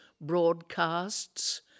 broadcasts